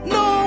no